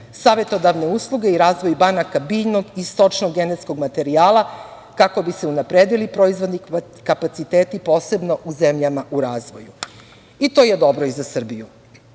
savetodavne usluge i razvoj banaka biljnog i stočnog genetskog materijala, kako bi se unapredili proizvodni kapaciteti posebno u zemljama u razvoju. To je dobro i za Srbiju. Na